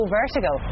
Vertigo